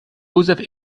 joseph